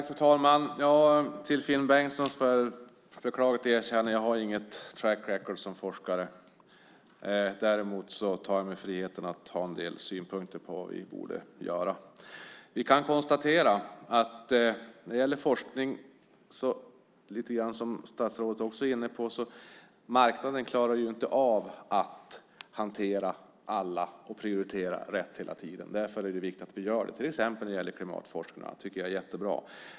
Fru talman! Till Finn Bengtsson får jag bekänna att jag beklagligt nog inte har något track record som forskare. Däremot tar jag mig friheten att ha en del synpunkter på vad vi borde göra. Vi kan konstatera när det gäller forskning, som statsrådet också var inne lite grann på, att marknaden inte klarar av att hantera alla och prioritera rätt hela tiden. Därför är det viktigt att vi gör detta, till exempel när det gäller klimatforskningen. Det är jättebra!